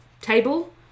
table